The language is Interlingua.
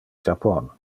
japon